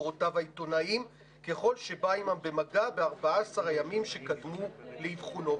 מקורותיו העיתונאיים ככל שבא עימם במגע ב-14 הימים שקדמו לאבחונו.